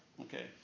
Okay